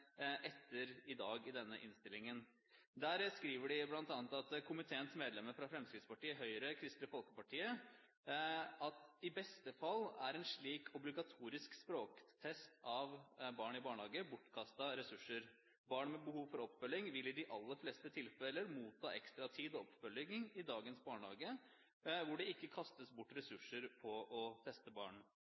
etter i dag i denne innstillingen. Der skriver komiteens medlemmer fra Fremskrittspartiet, Høyre og Kristelig Folkeparti bl.a.: «I beste fall er slik obligatorisk språktest bortkastede ressurser. Barn med behov for oppfølging vil i de aller fleste tilfeller motta ekstra tid og oppfølging i dagens barnehager, hvor det ikke kastes bort ressurser på å teste alle barn.»